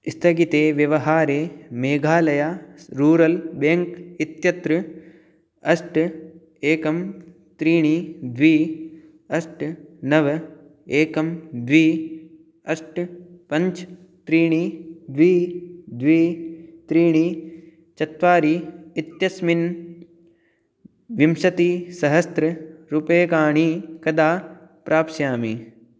स्थगिते व्यवहारे Meghalaya rural bank इत्यत्र अष्ट एकं त्रीणि द्वि अष्ट नव एकं द्वि अष्ट पञ्च् त्रीणि द्वि द्वि त्रीणि चत्वारि इत्यस्मिन् विंशतिसहस्ररुप्यकाणि कदा प्राप्स्यामि